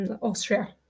Austria